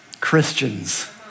Christians